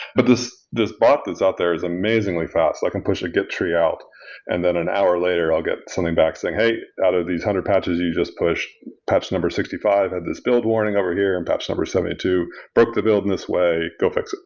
but this this bot that's out there is amazingly fast. i can push a git tree out and then an hour later i'll get something back saying, hey, out of these hundred patches, you just pushed patch number sixty five. i have and this build warning over here in patch number seventy two. broke the build in this way. go fix it.